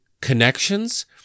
connections